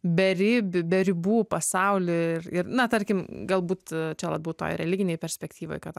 beribį be ribų pasaulį ir ir na tarkim galbūt čia labiau toje religinėj perspektyvoj kad